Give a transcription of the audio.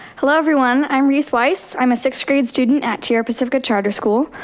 hello everyone, i'm reese wyse, i'm a sixth grade student at tierra pacifica charter school,